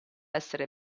essere